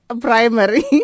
primary